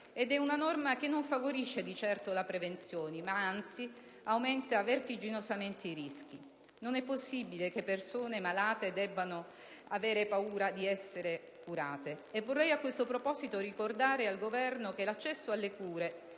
approvata, che non favorisce di certo la prevenzione, anzi aumenta vertiginosamente i rischi. Non è possibile che persone malate debbano avere paura di essere curate. Vorrei a questo proposito ricordare al Governo che l'accesso alle cure